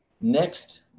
Next